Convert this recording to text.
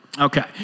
Okay